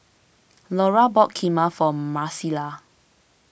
Lora bought Kheema for Marcela